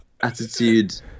attitude